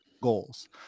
goals